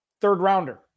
third-rounder